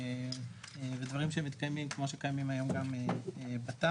זה דברים שמתקיימים כמו שקיימים היום גם בתמ"א.